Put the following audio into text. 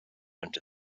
under